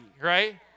right